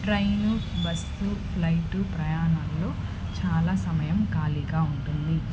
train bus flight ప్రయాణాల్లో చాలా సమయం ఖాళీగా ఉంటుంది